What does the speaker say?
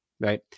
right